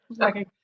Okay